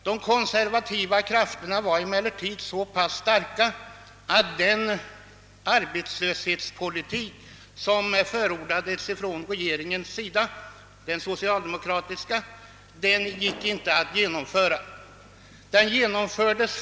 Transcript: De konservativa krafterna var emellertid så pass starka, att den arbetslöshetspolitik som förordades av den socialdemokratiska regeringen inte kunde genomföras.